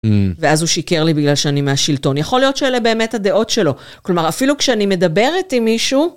ואז הוא שיקר לי בגלל שאני מהשלטון, יכול להיות שאלה באמת הדעות שלו, כלומר אפילו כשאני מדברת עם מישהו...